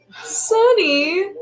Sunny